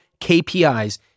KPIs